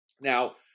Now